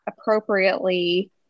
appropriately